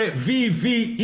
זה וי וי,